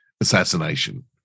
assassination